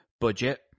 budget